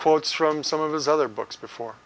quotes from some of his other books before